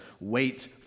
wait